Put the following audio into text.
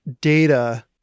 data